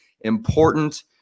important